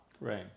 Right